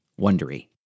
Wondery